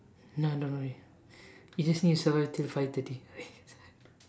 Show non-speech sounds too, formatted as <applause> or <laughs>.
no don't worry you just need to survive till five thirty <laughs>